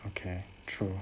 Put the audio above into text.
okay true